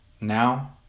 Now